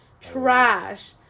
Trash